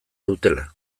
dutela